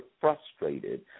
frustrated